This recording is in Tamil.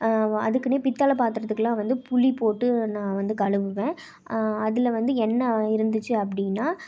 அதுக்குன்னு பித்தள பாத்திரத்துக்குலாம் வந்து புளி போட்டு நான் வந்து கழுவுவேன் அதில் வந்து எண்ணெய் இருந்துச்சு அப்படின்னா